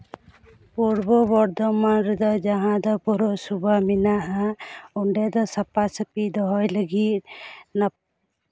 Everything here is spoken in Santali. ᱯᱩᱨᱵᱚ ᱵᱚᱨᱫᱷᱚᱢᱟᱱ ᱨᱮᱫᱚ ᱡᱟᱦᱟᱸ ᱫᱚ ᱯᱩᱨᱚᱥᱚᱵᱷᱟ ᱢᱮᱱᱟᱜᱼᱟ ᱚᱸᱰᱮ ᱫᱚ ᱥᱟᱯᱷᱟ ᱥᱟᱹᱯᱷᱤ ᱫᱚᱦᱚᱭ ᱞᱟᱹᱜᱤᱫ ᱱᱟᱯ